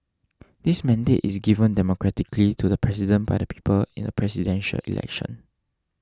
this mandate is given democratically to the president by the people in the Presidential Election